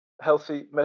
healthy